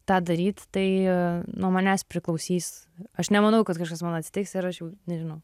tą daryti tai nuo manęs priklausys aš nemanau kad kažkas man atsitiks ir aš nežinau